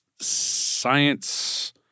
science